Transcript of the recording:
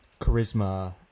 charisma